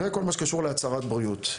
וכל מה שקשור להצהרת בריאות.